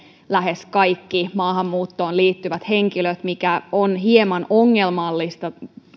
lähes kaikki maahanmuuttoon liittyvät henkilöt mikä on hieman ongelmallista